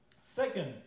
Second